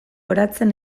oratzen